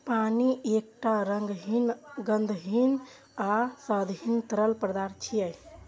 पानि एकटा रंगहीन, गंधहीन आ स्वादहीन तरल पदार्थ छियै